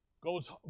goes